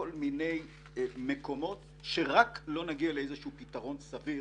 לכל מיני מקומות שרק לא נגיע לאיזשהו פתרון סביר